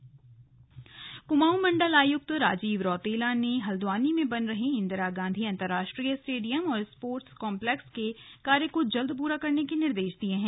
slug Rajiv Rautela Kumaon मंडल आयुक्त राजीव रौतेला ने हल्द्वानी में बन रहे इंदिरा गांधी अंतरराष्ट्रीय स्टेडियम और स्पोर्ट्स कॉम्पलेक्स के कार्य को जल्द पूरा करने के निर्देश दिये हैं